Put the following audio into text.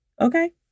Okay